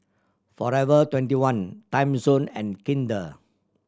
Forever Twenty one Timezone and Kinder